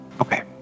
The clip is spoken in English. Okay